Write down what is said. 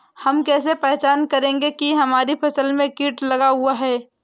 हम कैसे पहचान करेंगे की हमारी फसल में कीट लगा हुआ है?